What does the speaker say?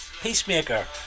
Peacemaker